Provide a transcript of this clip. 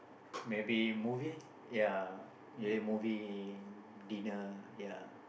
maybe movie ya late movie dinner ya